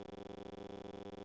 טרקל.